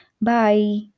Bye